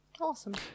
awesome